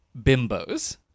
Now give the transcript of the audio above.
bimbos